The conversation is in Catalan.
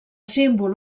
símbol